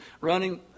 running